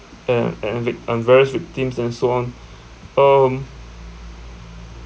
and and vic~ and various victims and so on um